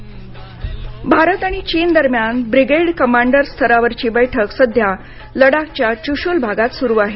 चीन बैठक भारत आणि चीन दरम्यान ब्रिगेड कमांडर स्तरावरची बैठक सध्या लडाखच्या चुशूल भागात सुरु आहे